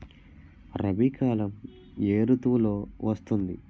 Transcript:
రబీ కాలం ఏ ఋతువులో వస్తుంది?